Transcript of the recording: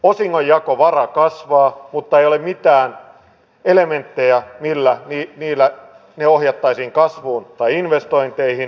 osingonjakovara kasvaa mutta ei ole mitään elementtejä millä ne ohjattaisiin kasvuun tai investointeihin